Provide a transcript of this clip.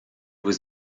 was